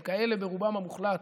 הם כאלה ברובם המוחלט,